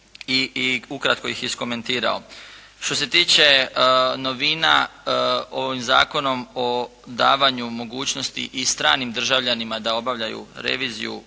i ukratko ih iskomentirao. Što se tiče novina ovim zakonom o davanju mogućnosti i stranim državljanima da obavljaju reviziju